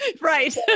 Right